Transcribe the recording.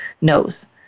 knows